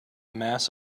mass